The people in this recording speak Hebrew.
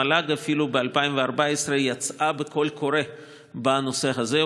המל"ג אפילו יצאה ב-2014 בקול קורא בנושא הזה,